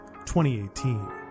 2018